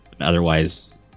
otherwise